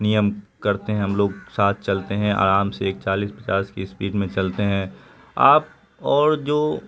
نیم کرتے ہیں ہم لوگ ساتھ چلتے ہیں آرام سے ایک چالیس پچاس کی اسپیڈ میں چلتے ہیں آپ اور جو